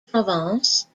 provence